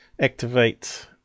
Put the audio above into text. activate